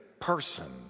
person